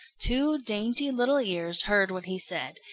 two dainty little ears heard what he said,